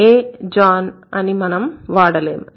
A John అని మనం వాడలేము